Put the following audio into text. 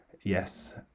yes